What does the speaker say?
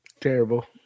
Terrible